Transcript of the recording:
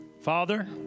Father